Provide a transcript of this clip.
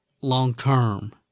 long-term